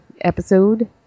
episode